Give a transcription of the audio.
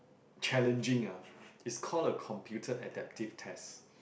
challenging ah it's called a computer adaptive test